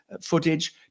footage